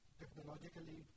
technologically